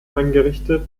eingerichtet